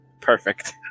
Perfect